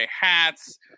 hats